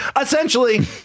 Essentially